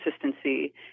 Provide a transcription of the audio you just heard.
consistency